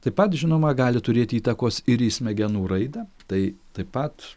taip pat žinoma gali turėti įtakos ir į smegenų raidą tai taip pat